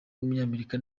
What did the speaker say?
w’umunyamerika